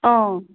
অঁ